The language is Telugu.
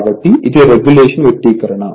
కాబట్టి ఇది రెగ్యులేషన్ వ్యక్తీకరణ